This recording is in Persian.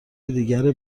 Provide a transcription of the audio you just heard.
دیگر